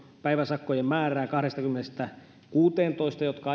päiväsakkojen määrää kahdestakymmenestä kuuteentoista jotka